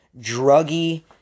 druggy